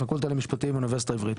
הפקולטה למשפטים באוניברסיטה העברית.